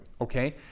okay